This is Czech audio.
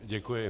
Děkuji.